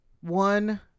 One